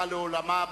הלכה לעולמה,